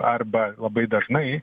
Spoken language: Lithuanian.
arba labai dažnai